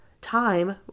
time